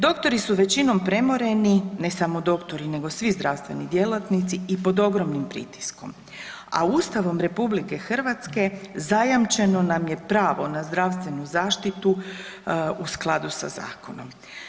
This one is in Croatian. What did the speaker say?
Doktori su većinom premoreni, ne samo doktori nego svi zdravstveni djelatnici i pod ogromnim pritiskom, a Ustavom RH zajamčeno nam je pravo na zdravstvenu zaštitu u skladu sa zakonom.